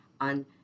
on